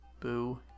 Boo